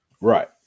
right